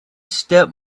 step